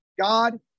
God